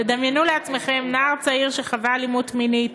דמיינו לעצמכם נער צעיר שחווה אלימות מינית